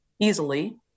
easily